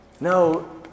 No